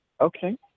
Okay